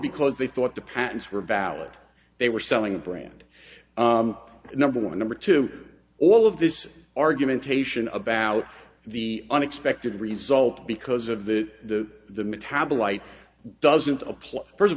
because they thought the patents were valid they were selling a brand number one number two all of this argumentation about the unexpected result because of the the metabolite doesn't apply first of